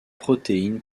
protéines